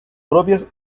propias